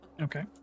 Okay